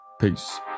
Peace